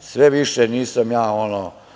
sve više. Nisam ja ni